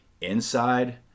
inside